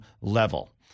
level